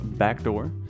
backdoor